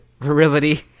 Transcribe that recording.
virility